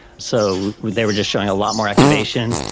so they were just showing a lot more activation,